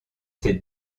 cette